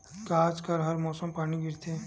का आज कल हर मौसम पानी गिरथे?